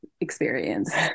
experience